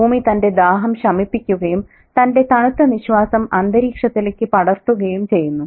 ഭൂമി തന്റെ ദാഹം ശമിപ്പിക്കുകയും തന്റെ തണുത്ത നിശ്വാസം അന്തരീക്ഷത്തിലേക്ക് പടർത്തുകയും ചെയ്യുന്നു